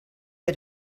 had